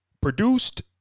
produced